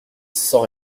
sans